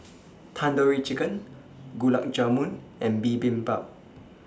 Tandoori Chicken Gulab Jamun and Bibimbap